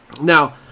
Now